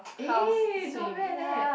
eh not bad leh